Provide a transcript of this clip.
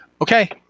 Okay